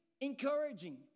encouraging